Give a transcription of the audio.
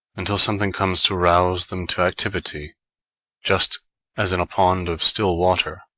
until something comes to rouse them to activity just as in a pond of still water,